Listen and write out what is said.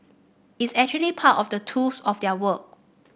it's actually part of the tools of their work